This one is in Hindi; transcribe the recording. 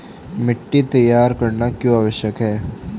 मिट्टी तैयार करना क्यों आवश्यक है?